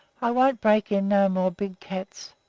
i won't break in no more big cats,